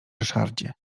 ryszardzie